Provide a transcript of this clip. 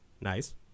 Nice